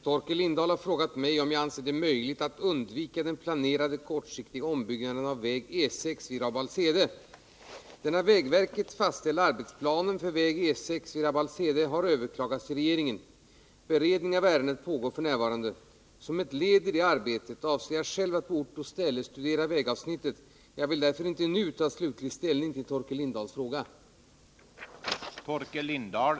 Lokalbefolkningen motsätter sig bestämt den föreslagna ombyggnaden, som inte löser problemen med trafikfällorna i området utan medför klara nackdelar för Rabbalshede samhälle. Rabbalshedeborna är beredda att stå ut med den nuvarande sträckningen tills den planerade permanenta omläggningen av E 6:an kan göras. Anser statsrådet det möjligt att undvika den planerade kortsiktiga ombyggnaden av väg E 6 vid Rabbalshede?